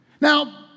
Now